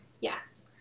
Yes